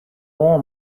all